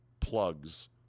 plugs